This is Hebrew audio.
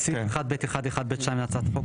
בסעיף 1(ב1)(1)(ב)(2) להצעת החוק,